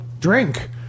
drink